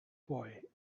boy